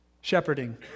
shepherding